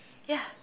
ya